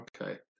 okay